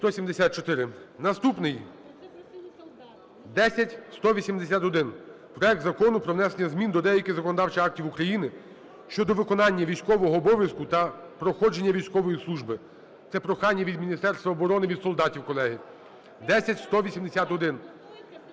Наступний – 10181: проект Закону про внесення змін до деяких законодавчих актів України (щодо виконання військового обов'язку та проходження військової служби). Це прохання від Міністерства оборони, від солдатів, колеги. 10181